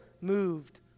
moved